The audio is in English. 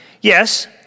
Yes